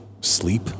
sleep